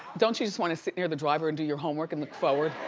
don't you just wanna sit near the driver and do your homework and look forward?